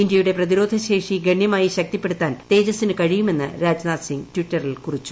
ഇന്ത്യയുടെ പ്രതിരോധ ശേഷി ഗണ്യമായി ശക്തിപ്പെടുത്താൻ തേജസ്സിനു കഴിയുമെന്ന് രാജ്നാഥ് സിംഗ് ടിറ്ററിൽ കുറിച്ചു